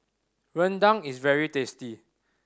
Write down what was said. rendang is very tasty